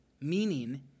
meaning